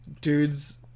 dudes